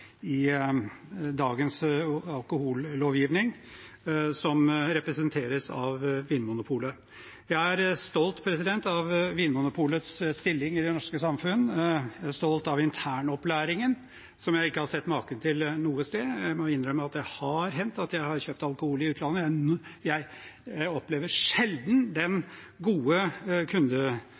dagens alkohollovgivning, som representeres av Vinmonopolet. Jeg er stolt av Vinmonopolets stilling i det norske samfunn. Jeg er stolt av internopplæringen, som jeg ikke har sett maken til noe sted. Jeg må innrømme at det har hendt at jeg har kjøpt alkohol i utlandet – jeg opplever sjelden den gode